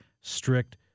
strict